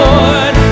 Lord